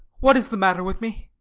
what is the matter with me?